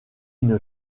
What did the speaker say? une